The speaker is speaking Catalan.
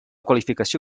qualificació